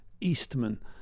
Eastman